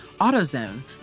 AutoZone